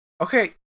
Okay